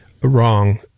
wrong